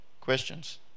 questions